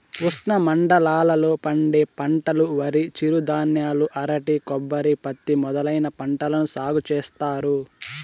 ఉష్ణమండలాల లో పండే పంటలువరి, చిరుధాన్యాలు, అరటి, కొబ్బరి, పత్తి మొదలైన పంటలను సాగు చేత్తారు